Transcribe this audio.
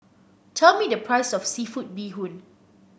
tell me the price of seafood Bee Hoon